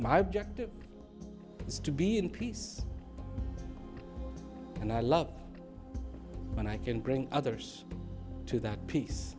my objective is to be in peace and i love when i can bring others to that peace